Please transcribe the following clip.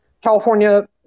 California